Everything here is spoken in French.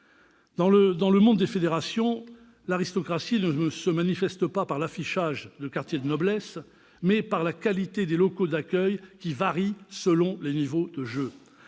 Dans le monde des fédérations, l'aristocratie ne se manifeste pas par l'affichage de quartiers de noblesse, mais par la qualité des locaux d'accueil, qui varie selon les niveaux de jeu.